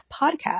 podcast